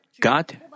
God